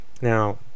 Now